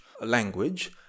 language